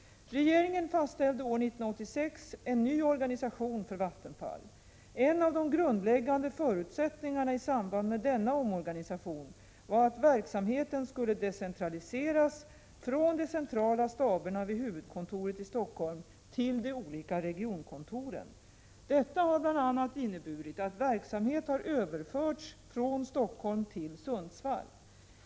Regeringen fastställde år 1986 en ny organisation för Vattenfall. En av de grundläggande förutsättningarna i samband med denna omorganisation var att verksamheten skulle decentraliseras från de centrala staberna vid huvudkontoret i Stockholm till de olika regionkontoren. Detta har bl.a. inneburit att verksamhet har överförts från Stockholm till Sundsvall.